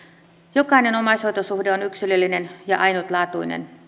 jokainen omaishoitosuhde on yksilöllinen ja ainutlaatuinen